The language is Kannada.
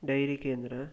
ಡೈರಿ ಕೇಂದ್ರ